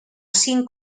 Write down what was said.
cinc